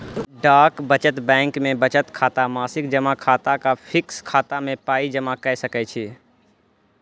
डाक बचत बैंक मे बचत खाता, मासिक जमा खाता आ फिक्स खाता मे पाइ जमा क सकैत छी